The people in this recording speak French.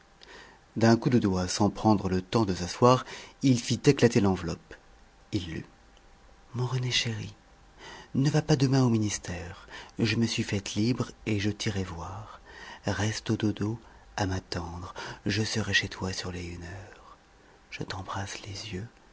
d'un coup de doigt sans prendre le temps de s'asseoir il fit éclater l'enveloppe il lut mon rené chéri ne va pas demain au ministère je me suis faite libre et je t'irai voir reste au dodo à m'attendre je serai chez toi sur les une heure je t'embrasse les yeux